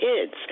kids